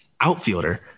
Outfielder